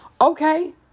Okay